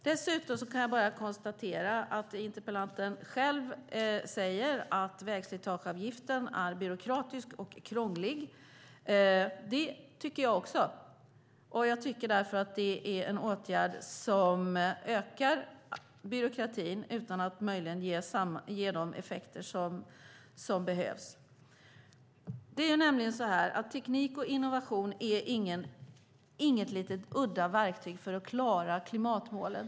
Dessutom kan jag bara konstatera att interpellanten själv säger att vägslitageavgiften är byråkratisk och krånglig. Det tycker jag också, och jag tycker därför att det är en åtgärd som ökar byråkratin utan att möjligen ge de effekter som behövs. Det är nämligen så här att teknik och innovation är inga udda små verktyg för att klara klimatmålen.